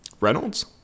Reynolds